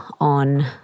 on